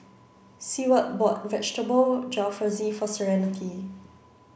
Seward bought Vegetable Jalfrezi for Serenity